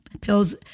pills